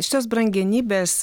šitos brangenybės